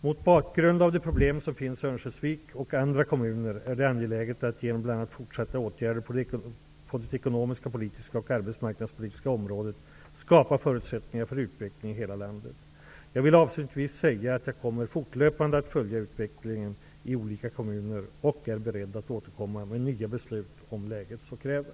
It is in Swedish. Mot bakgrund av de problem som finns i Örnsköldsvik och andra kommuner är det angeläget att man genom bl.a. fortsatta åtgärder på det ekonomiskt politiska och arbetsmarknadspolitiska området skapar förutsättningar för utveckling i hela landet. Jag vill avslutningsvis säga att jag fortlöpande kommer att följa utvecklingen i olika kommuner och är beredd att återkomma med nya beslut om läget så kräver.